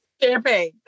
Champagne